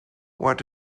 what